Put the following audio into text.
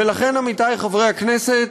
ולכן, עמיתי חברי הכנסת,